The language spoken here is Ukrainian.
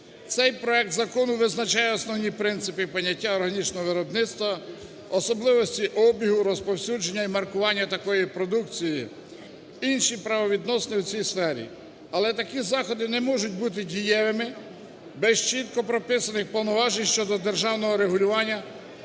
Цей проект закону визначає основні принципи і поняття органічного виробництва, особливості обігу, розповсюдження і маркування такої продукції, інші правовідносини у цій сфері. Але такі заходи не можуть бути дієвими без чітко прописаних повноважень щодо державного регулювання